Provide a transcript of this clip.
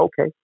okay